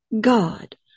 God